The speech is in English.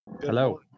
hello